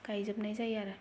गायजोबनाय जायो आरो